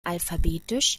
alphabetisch